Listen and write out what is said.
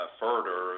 further